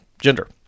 gender